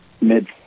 mid